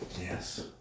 Yes